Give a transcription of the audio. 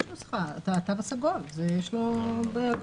יש נוסחה, התו הסגול, יש לו הגבלות.